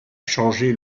changé